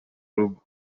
urugo